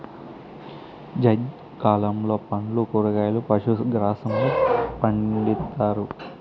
జైద్ కాలంలో పండ్లు, కూరగాయలు, పశు గ్రాసంను పండిత్తారు